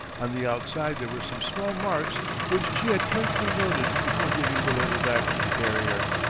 on the outside there were some small marks which she had carefully noted before giving the letter back to the carrier.